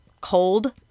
Cold